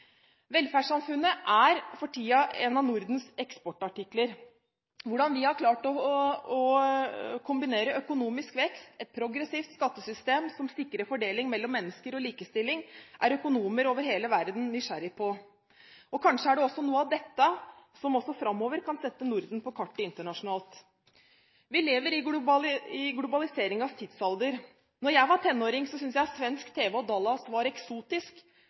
Velferdssamfunnet er for tiden en av Nordens eksportartikler. Hvordan vi har klart å kombinere økonomisk vekst, et progressivt skattesystem som sikrer fordeling mellom mennesker, og likestilling, er økonomer over hele verden nysgjerrige på. Kanskje er det noe av dette som også framover kan sette Norden på kartet internasjonalt. Vi lever i globaliseringens tidsalder. Da jeg var tenåring, syntes jeg svensk tv og «Dallas» var eksotisk,